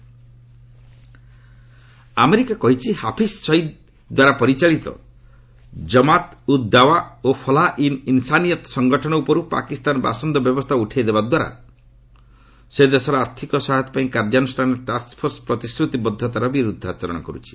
US Pak America କହିଛି ହାଫିଜ୍ ଶହିଦ୍ ଦ୍ୱାରା ପରିଚାଳିତ ଜମାତ୍ ଉଦ୍ଦାଓ୍ୱା ଓ ଫଲାହା ଇ ଇନ୍ସାନିୟତ୍ ସଂଗଠନ ଉପରୁ ପାକିସ୍ତାନ ବାସନ୍ଦ ବ୍ୟବସ୍ଥା ଉଠାଇଦେବା ଦ୍ୱାରା ସେ ଦେଶର ଆର୍ଥିକ ସହାୟତା ପାଇଁ କାର୍ଯ୍ୟାନୁଷ୍ଠାନ ଟ୍ୟାକ୍ୱଫୋର୍ସ ପ୍ରତିଶ୍ରତି ବଦ୍ଧତାର ବିରୁଦ୍ଧାଚରଣ କରୁଛି